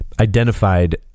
identified